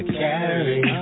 carry